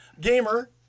gamer